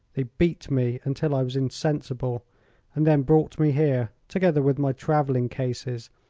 they beat me until i was insensible and then brought me here, together with my travelling cases,